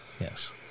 yes